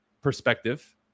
perspective